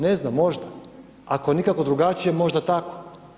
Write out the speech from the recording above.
Ne znam, možda, ako nikako drugačije možda tako.